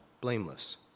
blameless